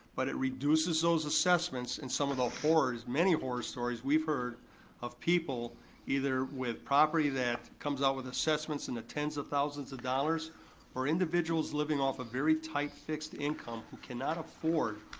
but it reduces those assessments and some of the horror, many horror stories we've heard of people either with property that comes out with assessments in the tens of thousands of dollars or individuals living off a very tight fixed income who cannot afford